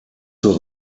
zur